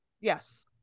Yes